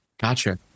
gotcha